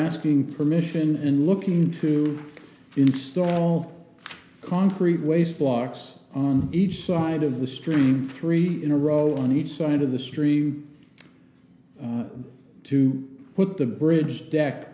asking permission and looking to install concrete ways blocks on each side of the stream three in a row on each side of the stream to put the bridge deck